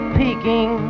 peeking